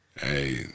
Hey